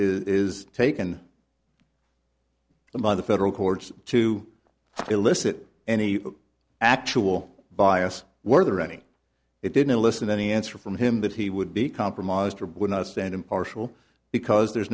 is taken by the federal courts to elicit any actual bias were there any it didn't listen any answer from him that he would be compromised or would not stand impartial because there